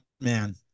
man